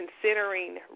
considering